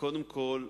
קודם כול,